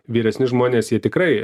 vyresni žmonės jie tikrai